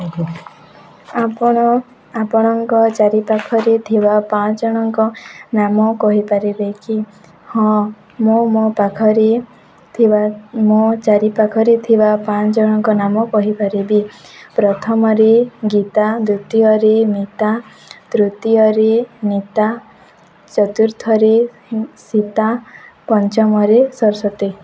ଆପଣ ଆପଣଙ୍କ ଚାରିପାଖରେ ଥିବା ପାଞ୍ଚ ଜଣଙ୍କ ନାମ କହିପାରିବେ କି ହଁ ମୁଁ ମୋ ପାଖରେ ଥିବା ମୋ ଚାରିପାଖରେ ଥିବା ପାଞ୍ଚ ଜଣଙ୍କ ନାମ କହିପାରିବି ପ୍ରଥମରେ ଗୀତା ଦ୍ଵିତୀୟରେ ମିତା ତୃତୀୟରେ ନିତା ଚତୁର୍ଥରେ ସୀତା ପଞ୍ଚମରେ ସରସ୍ଵତୀ